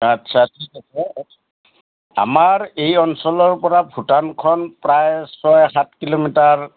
আচ্ছা ঠিক আছে আমাৰ এই অঞ্চলৰপৰা ভূটানখন প্ৰায় ছয় সাত কিলোমিটাৰ